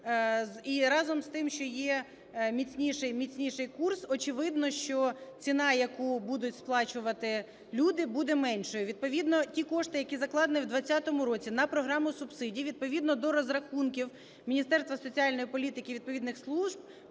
і разом з тим, що є міцніший курс, очевидно, що ціна, яку будуть сплачувати люди, буде меншою. Відповідно ті кошти, які закладені в 20-му році на програму субсидій, відповідно до розрахунків Міністерства соціальної політики відповідних служб